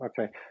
Okay